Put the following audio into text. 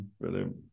Brilliant